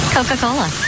Coca-Cola